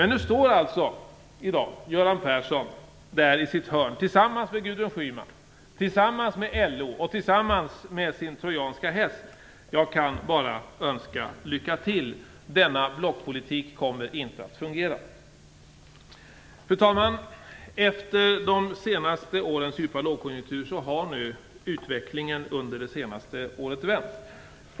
Nu står alltså Göran Persson där i sitt hörn tillsammans med Gudrun Schyman, tillsammans med LO och tillsammans med sin trojanska häst. Jag kan bara önska lycka till. Denna blockpolitik kommer inte att fungera. Fru talman! Efter de senaste årens djupa lågkonjunktur har utvecklingen vänt under det senaste året.